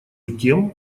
тем